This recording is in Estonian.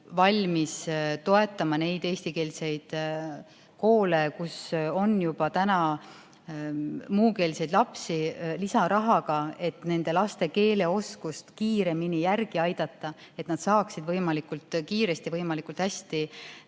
valmis toetama neid eestikeelseid koole, kus on juba muukeelseid lapsi, lisarahaga, et nende laste keeleoskust kiiremini järele aidata, et nad saaksid võimalikult kiiresti ja võimalikult hästi